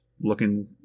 looking